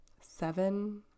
seven